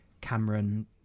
Cameron